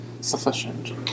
sufficient